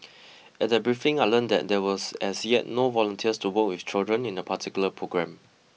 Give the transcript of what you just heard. at that briefing I learnt that there was as yet no volunteers to work with children in a particular programme